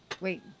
Wait